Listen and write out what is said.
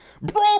Bro